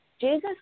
Jesus